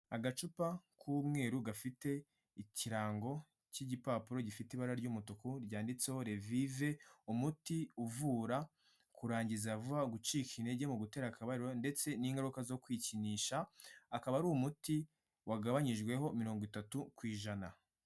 Agacupa k'umweru gafite ikirango cy'igipapuro gifite ibara ry'umutuku ryanditseho Revive, umuti uvura kurangiza vuba, gucika intege mu gutera akabariro ndetse n'ingaruka zo kwikinisha, akaba ari umuti wagabanyijweho mirongo itatu ku ijana.